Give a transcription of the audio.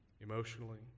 emotionally